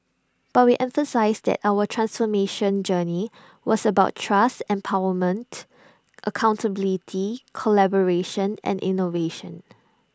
but we emphasised that our transformation journey was about trust empowerment accountability collaboration and innovation